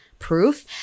proof